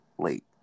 Late